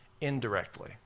indirectly